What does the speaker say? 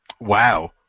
Wow